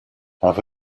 have